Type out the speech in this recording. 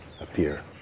appear